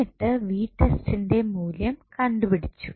എന്നിട്ട് ന്റെ മൂല്യം കണ്ടുപിടിച്ചു